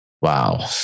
Wow